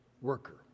worker